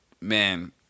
man